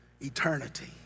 Eternity